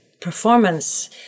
performance